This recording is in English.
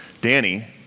Danny